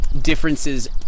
differences